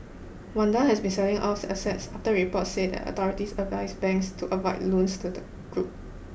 Wanda has been selling off assets after reports said the authorities advised banks to avoid loans to the group